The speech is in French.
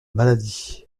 maladie